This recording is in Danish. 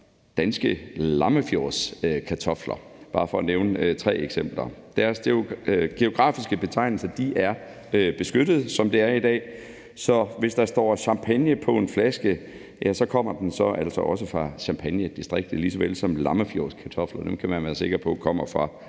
at nævne tre eksempler. Deres geografiske betegnelser er beskyttede, som det er i dag, så hvis der står champagne på en flaske, kommer den så altså også fra Champagnedistriktet, lige så vel som man kan være